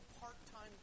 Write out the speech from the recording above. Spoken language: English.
part-time